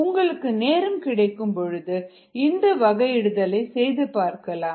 உங்களுக்கு நேரம் கிடைக்கும் பொழுது இந்த வகைஇடுதலை செய்து பார்க்கலாம்